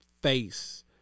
face